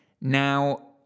Now